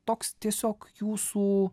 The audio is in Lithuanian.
toks tiesiog jūsų